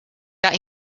that